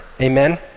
Amen